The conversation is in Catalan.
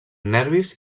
nervis